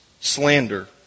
slander